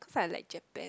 cause I like Japan